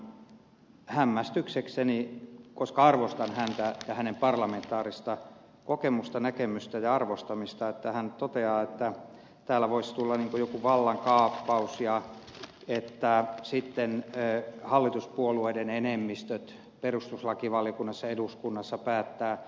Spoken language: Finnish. söderman hämmästyksekseni koska arvostan häntä ja hänen parlamentaarista kokemustaan näkemystään ja arvostamistaan toteaa että täällä voisi tulla ikään kuin joku vallankaappaus ja että sitten hallituspuolueiden enemmistöt perustuslakivaliokunnassa eduskunnassa päättävät